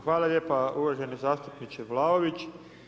Hvala lijepa uvaženi zastupniče Vlaović.